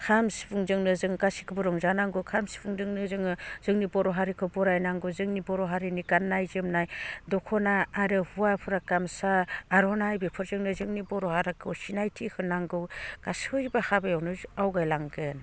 खाम सिफुंजोंनो जों गासैखोबो रंजानांगौ खाम सिफुंदोंनो जोङो जोंनि बर' हारिखौ बरायनांगौ जोंनि बर' हारिनि गाननाय जोमनाय दख'ना आरो हौवाफोरा गामसा आर'नाइ बेफोरजोंनो जोंनि बर' हारिखौ सिनायथिखो नांगौ गासैबो हाबायावनो आवगायलांगोन